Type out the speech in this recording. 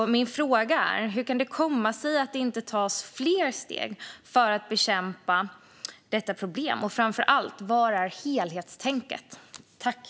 Hur kan det komma sig att det inte tas fler steg för att bekämpa detta problem? Jag undrar framför allt var helhetstänket är.